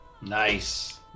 Nice